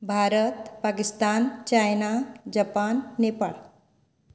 Bharat Pakistan China Japan Nepal